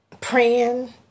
praying